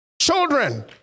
Children